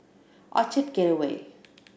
Orchard Gateway